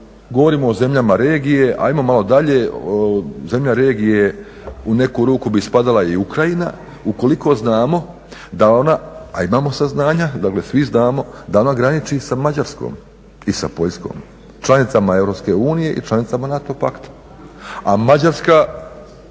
govorimo o zemljama regije ajmo malo dalje, zemlja regije u neku ruku bi spadala i Ukrajina, ukoliko znamo, a imamo saznanja dakle svi znamo da ona graniči sa Mađarskom i sa Poljskom članicama EU i članicama NATO pakta.